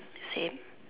same